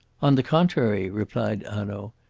on the contrary, replied hanaud.